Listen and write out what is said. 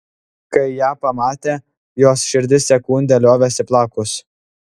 kai ją pamatė jos širdis sekundę liovėsi plakus